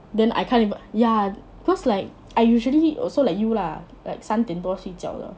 then I can't even ya cause like I usually also like you lah like 三点多睡觉了